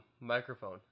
microphone